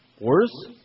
Worse